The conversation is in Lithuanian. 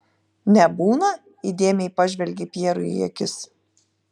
nebūna įdėmiai pažvelgei pjerui į akis